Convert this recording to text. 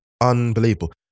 unbelievable